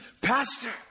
Pastor